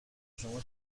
شما